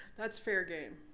that's fair game.